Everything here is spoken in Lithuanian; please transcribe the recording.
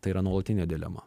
tai yra nuolatinė dilema